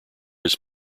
his